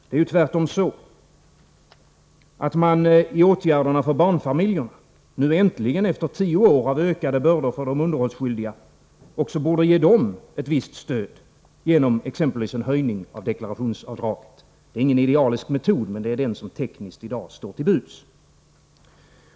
Det är tvärtom så att man i åtgärderna för barnfamiljerna, nu äntligen efter tio år av ökade bördor för de underhållsskyldiga, borde ge också dem ett visst stöd, exempelvis genom en höjning av deklarationsavdraget. Det är ingen idealisk metod, men den som i dag tekniskt står till buds.